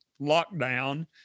lockdown